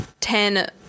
ten